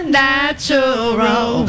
natural